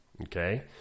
Okay